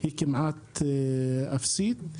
היא כמעט אפסית.